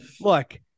Look